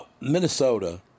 Minnesota